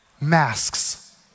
masks